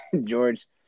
George